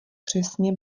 přesně